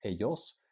Ellos